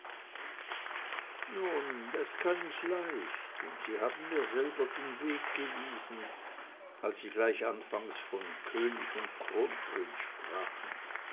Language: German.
nun das kann ich leicht und sie haben mir selber den weg gewiesen als sie gleich anfangs von könig und kronprinz sprachen